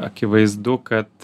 akivaizdu kad